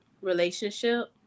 relationship